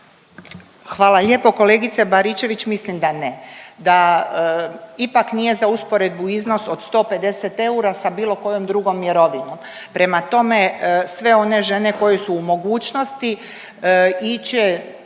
Hvala lijepo kolegice Baričević. Mislim da ne. Da ipak nije za usporedbu iznos od 150 eura sa bilo kojom drugom mirovinom. Prema tome sve one žene koje su u mogućnosti ić